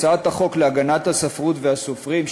החוק להגנת הספרות והסופרים,